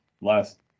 last